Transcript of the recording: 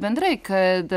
bendrai kad